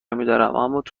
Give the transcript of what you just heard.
میدارم، اماتو